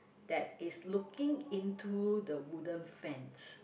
that is looking into the wooden fence